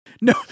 no